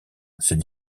ses